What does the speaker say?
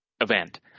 event